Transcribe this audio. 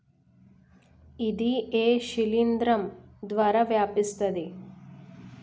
ఇది ఏ శిలింద్రం ద్వారా వ్యాపిస్తది?